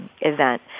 event